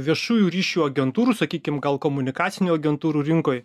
viešųjų ryšių agentūrų sakykim gal komunikacinių agentūrų rinkoj